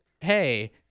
hey—